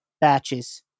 batches